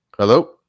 Hello